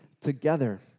together